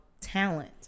talent